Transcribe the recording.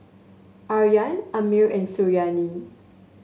Aryan Ammir and Suriani